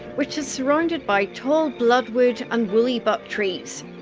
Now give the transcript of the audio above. which is surrounded by tall bloodwood and woollybutt trees.